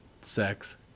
sex